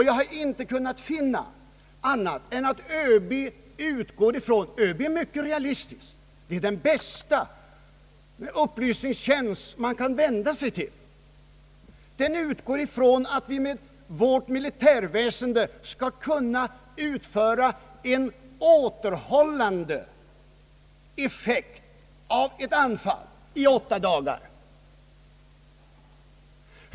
Jag har inte kunnat finna annat än att ÖB utgår ifrån — ÖB är mycket realistisk och är den bästa upplysningstjänst som man kan vända sig till — att vi med vårt militärväsende i åtta dagar skall kunna utföra ett återhållande försvar mot ett anfall.